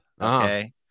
Okay